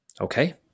Okay